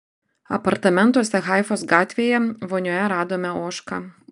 apartamentuose haifos gatvėje vonioje radome ožką